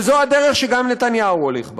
וזו הדרך שגם נתניהו הולך בה.